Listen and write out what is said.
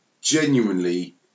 genuinely